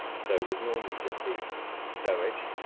so it would normally just be stowage,